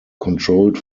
controlled